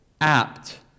apt